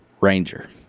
Ranger